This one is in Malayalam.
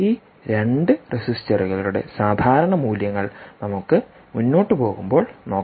ഈ 2 റെസിസ്റ്ററുകളുടെ സാധാരണ മൂല്യങ്ങൾ നമുക്ക് മുന്നോട്ട് പോകുമ്പോൾ നോക്കാം